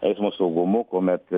eismo saugumu kuomet